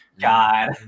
God